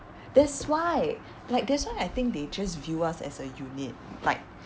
that's why like that's why I think they just view us as a unit like